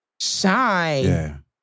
shine